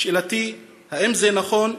שאלתי: האם זה נכון?